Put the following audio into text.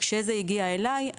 כשזה הגיע אלי,